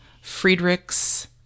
Friedrichs